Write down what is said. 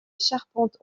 charpente